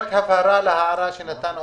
רק הבהרה להערה שנתן עודד,